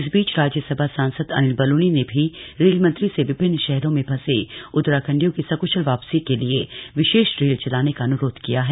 इस बीच राज्यसभा सांसद अनिल बलूनी ने भी रेल मंत्री से विभिन्न शहरों में फंसे उत्तराखंडियो की सक्शल वापसी के लिए विशेष रेल चलाने का अन्रोध किया है